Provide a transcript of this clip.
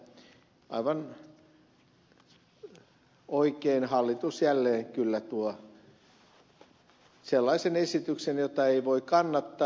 aivan oikein hallitus jälleen kyllä tuo sellaisen esityksen jota ei voi kannattaa